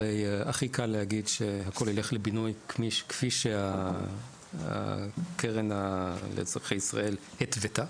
הרי הכי קל להגיד "שהכל ילך לבינוי כפי שהקרן לאזרחי ישראל התוותה".